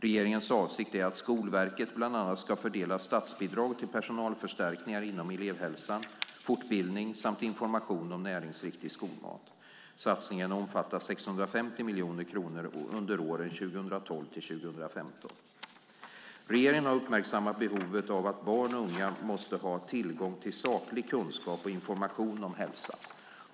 Regeringens avsikt är att skolverket bland annat ska fördela statsbidrag till personalförstärkningar inom elevhälsan, fortbildning samt information om näringsriktig skolmat. Satsningen omfattar 650 miljoner kronor under åren 2012-2015. Regeringen har uppmärksammat behovet av att barn och unga måste ha tillgång till saklig kunskap och information om hälsa.